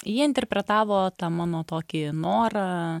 jie interpretavo tą mano tokį norą